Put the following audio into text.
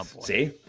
See